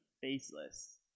Faceless